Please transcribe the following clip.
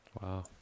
Wow